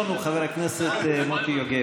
בתקופה שלכם, מיקי, הייתם בסדר גמור.